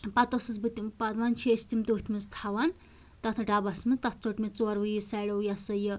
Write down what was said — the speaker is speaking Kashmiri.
پَتہٕ ٲسٕس بہٕ تِم پَتہٕ وۄنۍ چھِ أسۍ تِم تٔتھۍ منٛز تھاوان تَتھ ڈَبَس منٛز تَتھ ژوٚٹ مےٚ ژورؤییی سایڈو یہِ سا یہِ